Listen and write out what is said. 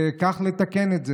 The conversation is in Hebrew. וכך לתקן את זה.